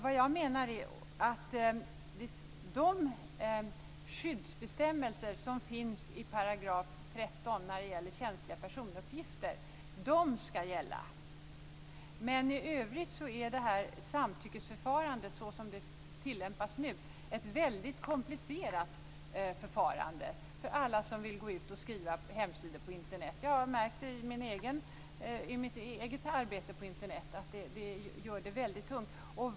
Vad jag menar är att de skyddsbestämmelser i § 13 om känsliga personuppgifter skall gälla. I övrigt är samtyckesförfarandet, så som det tillämpas nu, ett väldigt komplicerat förfarande för alla som vill skriva hemsidor på Internet. Jag har i mitt eget arbete på Internet märkt att det gör det väldigt tungt.